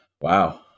wow